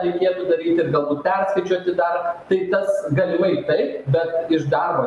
reikėtų daryti ir galbūt perskaičiuoti dar tai tas galimai taip bet iš darbo